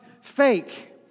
fake